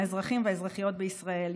האזרחים והאזרחיות בישראל,